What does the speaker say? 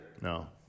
No